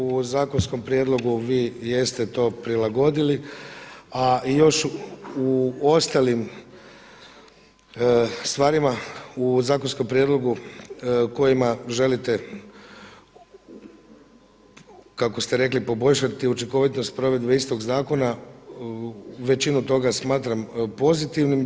U zakonskom prijedlogu vi jeste to prilagodili, a još u ostalim stvarima u zakonskom prijedlogu kojima želite kako ste reli poboljšati učinkovitost provedbe istog zakona, većinu toga smatram pozitivnim.